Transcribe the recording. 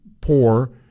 poor